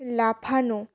লাফানো